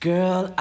Girl